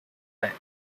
bank